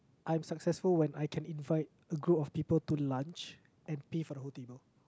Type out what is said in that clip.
I'm successful when I can invite a group of people to lunch and pay for the whole table